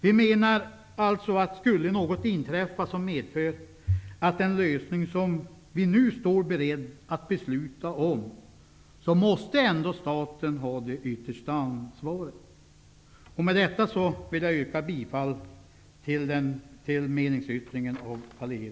Vi menar alltså att skulle det inträffa något som medför att den lösning som vi nu står beredda att besluta om inte går att genomgföra, måste ändå staten ha det yttersta ansvaret. Med detta yrkar jag bifall till meningsyttringen av